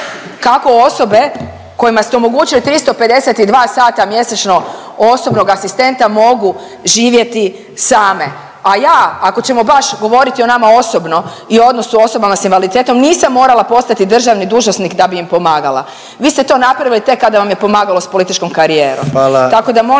kako osobe kojima ste omogućili 352 sata mjesečno osobnog asistenta mogu živjeti same, a ja ako ćemo baš govoriti o nama osobno i odnosu osobama sa invaliditetom nisam morala postati državni dužnosnik da bi im pomagala. Vi ste to napravili tek kada vam je pomagalo sa političkom karijerom, … …/Upadica